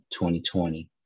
2020